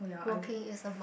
working is a